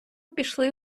пішли